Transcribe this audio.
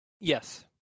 Yes